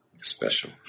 special